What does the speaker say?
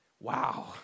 Wow